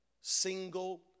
single